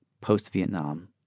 post-Vietnam